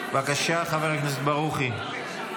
בבקשה, חבר הכנסת ברוכי.